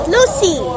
Lucy